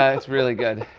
ah it's really good.